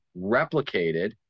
replicated